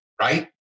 right